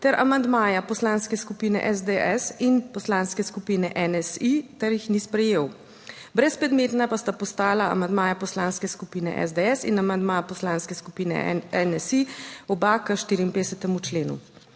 ter amandmaja Poslanske skupine SDS in Poslanske skupine NSi ter jih ni sprejel. Brezpredmetna pa sta postala amandmaja Poslanske skupine SDS in amandma Poslanske skupine NSi, oba k 54. členu.